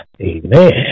Amen